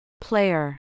Player